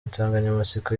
insanganyamatsiko